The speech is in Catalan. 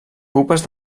pupes